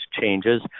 changes